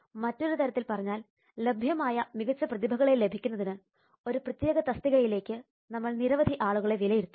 മറ്റൊരു തരത്തിൽ പറഞ്ഞാൽ ലഭ്യമായ മികച്ച പ്രതിഭകളെ ലഭിക്കുന്നതിന് ഒരു പ്രത്യേക തസ്തികയിലേക്ക് നമ്മൾ നിരവധി ആളുകളെ വിലയിരുത്തണം